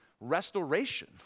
restoration